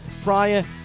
prior